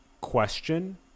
question